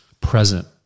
present